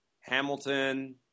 Hamilton